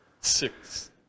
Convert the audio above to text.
six